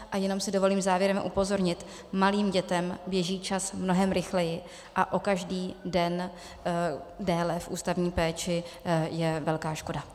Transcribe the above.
A jenom si dovolím závěrem upozornit: malým dětem běží čas mnohem rychleji a každý den déle v ústavní péči je velká škoda.